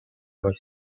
was